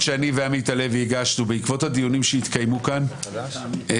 אלקין ביקש את זה